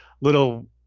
little